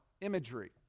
imagery